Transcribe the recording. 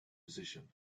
position